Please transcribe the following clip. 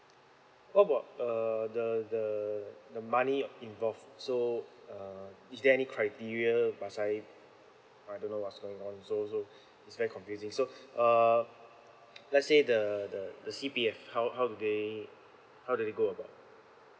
what about uh the the the money involved so uh is there any criteria must I I don't know what's going on so so it's very confusing so uh let's say the the the C_P_F how how do they how did they go about